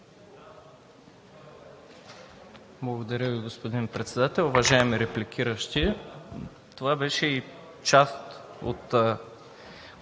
Благодаря Ви, господин Председател. Уважаеми репликиращи, това беше и част от